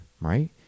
right